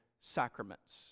sacraments